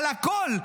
על הכול.